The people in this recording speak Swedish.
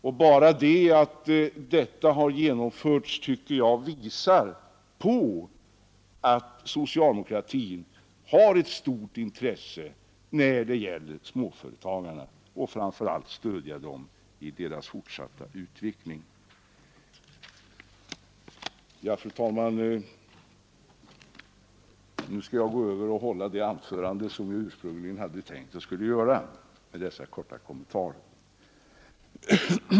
Och bara det att detta har genomförts tycker jag visar att socialdemokratin har ett stort intresse för småföretagarna och vill stödja dem i deras fortsatta utveckling. Fru talman! Efter dessa korta kommentarer skall jag gå över till att hålla det anförande som jag ursprungligen tänkt hålla.